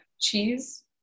cheese